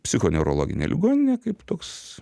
psichoneurologinė ligoninė kaip toks